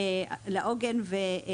לעוגן ולפילת.